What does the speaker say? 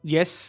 Yes